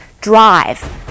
drive